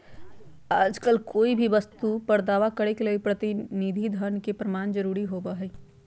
आजकल कोय भी वस्तु पर दावा करे लगी प्रतिनिधि धन के प्रमाण जरूरी होवो हय